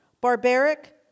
barbaric